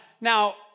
now